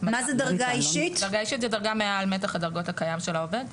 דרגה אישית זה דרגה מעל מתח הדרגות הקיים של העובד.